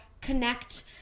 Connect